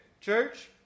church